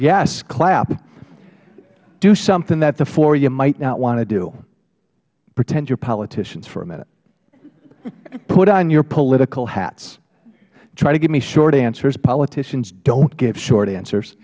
yes clap do something that the four of you might not want to do pretend you are politicians for a minute put on your political hats try to give me short answers politicians don't give short answers